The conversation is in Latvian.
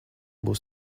būs